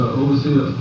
overseer